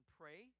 pray